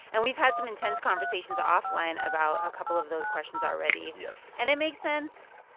and we've had some intense conversations offline about a couple of those questions already yes and it makes sense.